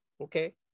Okay